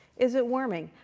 is it warming?